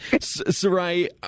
Sarai